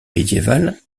médiévale